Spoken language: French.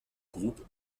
groupe